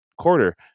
quarter